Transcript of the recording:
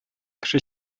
кеше